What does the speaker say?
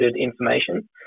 information